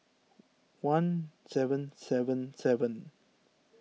one seven seven seven